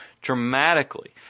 dramatically